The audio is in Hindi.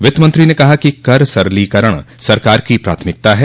वित्त मंत्री ने कहा कि कर सरलीकरण सरकार की प्राथमिकता है